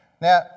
Now